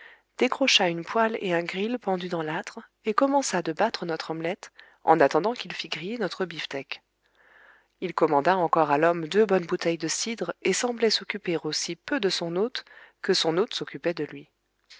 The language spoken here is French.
décrocha une poêle et un gril pendus dans l'âtre et commença de battre notre omelette en attendant qu'il fît griller notre bifteck il commanda encore à l'homme deux bonnes bouteilles de cidre et semblait s'occuper aussi peu de son hôte que son hôte s'occupait de lui